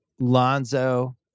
Lonzo